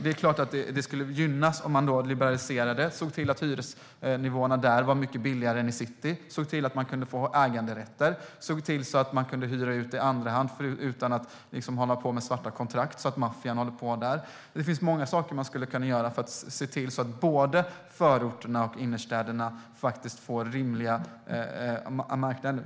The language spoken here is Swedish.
Det är klart att det skulle gynnas om man liberaliserade och såg till att hyresnivåerna där var mycket lägre än i city, såg till att man kunde få äganderätter, såg till att man kunde hyra ut i andra hand utan att hålla på med svarta kontrakt så att maffian håller på där. Det finns många saker som man skulle kunna göra för att se till att det blir en rimlig marknad i både förorterna och innerstäderna.